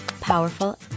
powerful